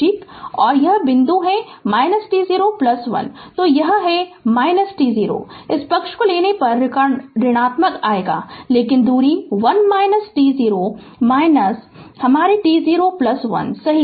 और यह बिंदु है t0 1 तो यह है t0 इस पक्ष को लेने पर ऋणात्मक आएगा लेकिन दूरी 1 t0 ourt0 1 सही है